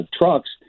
trucks